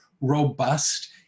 robust